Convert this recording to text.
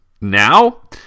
Now